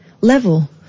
level